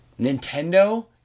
Nintendo